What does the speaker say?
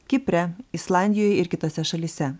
kipre islandijoje ir kitose šalyse